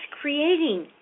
creating